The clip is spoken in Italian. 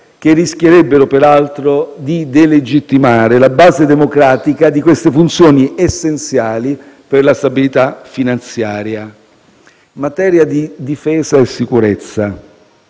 che rischierebbero peraltro di delegittimare la base democratica di queste funzioni essenziali per la stabilità finanziaria. Passo ora alla materia